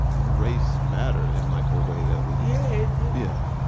race matter in like a way that was, yeah yeah,